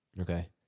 Okay